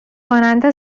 کننده